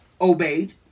obeyed